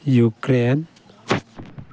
Ukraine